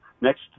next